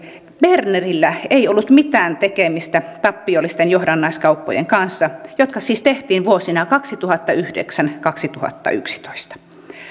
bernerillä ei ollut mitään tekemistä tappiollisten johdannaiskauppojen kanssa jotka siis tehtiin vuosina kaksituhattayhdeksän viiva kaksituhattayksitoista